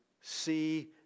see